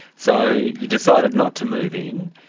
so, you decided not to move in.